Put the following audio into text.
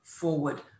forward